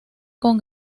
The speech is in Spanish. con